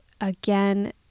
again